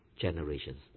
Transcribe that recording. generations